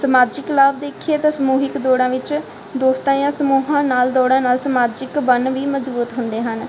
ਸਮਾਜਿਕ ਲਾਭ ਦੇਖੀਏ ਤਾਂ ਸਮੂਹਿਕ ਦੌੜਾਂ ਵਿੱਚ ਦੋਸਤਾਂ ਜਾਂ ਸਮੂਹਾਂ ਨਾਲ ਦੌੜਨ ਨਾਲ ਸਮਾਜਿਕ ਬਨ ਵੀ ਮਜ਼ਬੂਤ ਹੁੰਦੇ ਹਨ